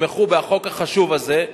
יתמכו בחוק החשוב הזה,